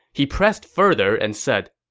he pressed further and said,